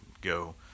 go